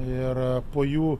ir po jų